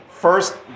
First